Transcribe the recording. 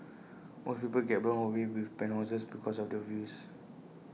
most people get blown away with penthouses because of the views